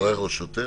סוהר או שוטר?